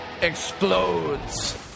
explodes